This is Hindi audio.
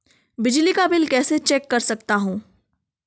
बिजली का बिल कैसे चेक कर सकता हूँ?